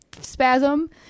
spasm